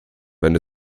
wenn